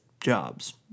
jobs